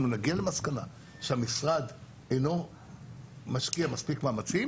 נגיע למסקנה שהמשרד אינו משקיע מספיק מאמצים,